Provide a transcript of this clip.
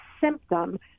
symptom